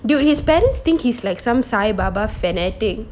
dude his parents think he's like some sai baba fanatic